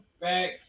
back